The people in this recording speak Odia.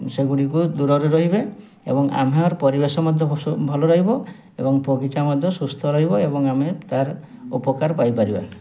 ସେଗୁଡ଼ିକ ଦୂରରେ ରହିବେ ଏବଂ ଆମର ପରିବେଶ ମଧ୍ୟ ଭଲ ରହିବ ଏବଂ ବଗିଚା ମଧ୍ୟ ସୁସ୍ଥ ରହିବ ଏବଂ ଆମେ ତା'ର ଉପକାର ପାଇପାରିବା